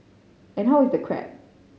and how is the crab